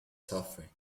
suffering